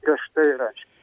griežtai ir aiškiai